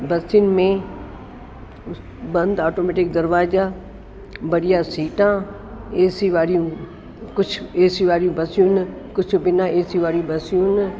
बसियुनि में बंदि आटोमेटिक दरवाजा बढ़िया सीटां ए सी वारियूं कुझु एसियूं ॾाढी बसियुनि कुझु बिना ए सी वारी बसियुनि